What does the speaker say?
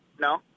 No